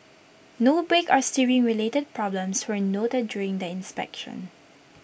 no brake or steering related problems were noted during the inspection